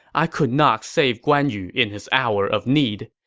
i could not save guan yu in his hour of need,